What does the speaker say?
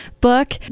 book